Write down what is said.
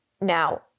Now